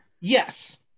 Yes